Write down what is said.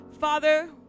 Father